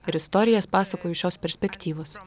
ar istorijas pasakoju iš šios perspektyvos